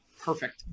perfect